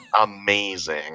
amazing